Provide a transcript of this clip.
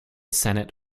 senate